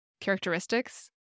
characteristics